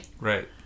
right